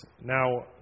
now